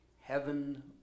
heaven